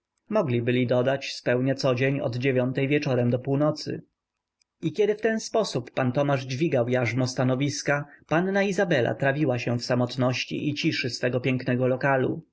mogli byli dodać spełnia codzień od dziewiątej wieczorem do północy i kiedy w ten sposób pan tomasz dźwigał jarzmo stanowiska panna izabela trawiła się w samotności i ciszy swego pięknego lokalu